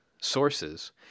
sources